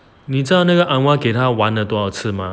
你知道那个 anwar 给他玩了多少次吗